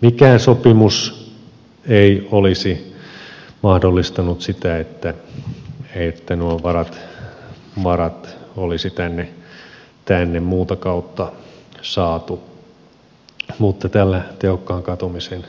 mikään sopimus ei olisi mahdollistanut sitä että nuo varat olisi tänne muuta kautta saatu mutta tällä tehokkaan katumisen